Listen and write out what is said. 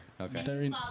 Okay